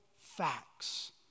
facts